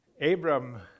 Abram